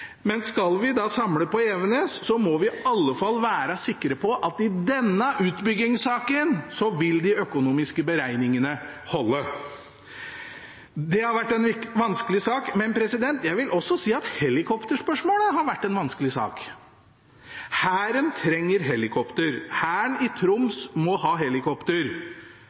men skal vi samle på Evenes, må vi i alle fall være sikre på at i denne utbyggingssaken vil de økonomiske beregningene holde. Det har vært en vanskelig sak, men jeg vil også si at helikopterspørsmålet har vært en vanskelig sak. Hæren trenger helikopter. Hæren i Troms må ha helikopter.